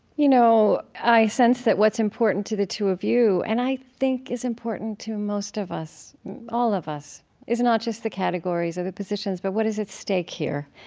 you know, i sense that what's important to the two of you and i think is important to most of us and all of us is not just the categories or the positions, but what is at stake here.